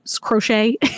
crochet